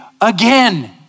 again